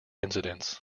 incidents